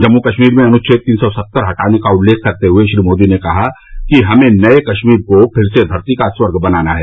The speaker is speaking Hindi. जम्मू कश्मीर में अनुछेद तीन सौ सत्तर हटाने का उल्लेख करते हुए श्री मोदी ने कहा कि हमें नये कश्मीर को फिर से धरती का स्वर्ग बनाना है